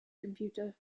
computer